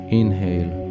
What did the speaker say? Inhale